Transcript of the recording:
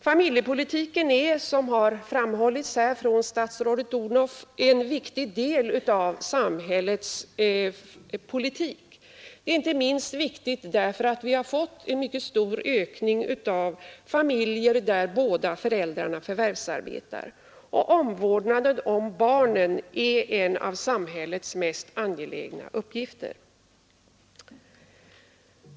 Familjepolitiken är, som framhållits här av statsrådet Odhnoff, en viktig del av samhällets politik. Den är inte minst viktig därför att vi har fått en mycket stor ökning av antalet familjer där båda föräldrarna förvärvsarbetar, och omvårdnaden om barnen är en av samhällets mest angelägna uppgifter.